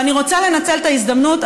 ואני רוצה לנצל את ההזדמנות,